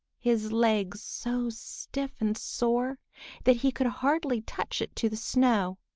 his leg so stiff and sore that he could hardly touch it to the snow,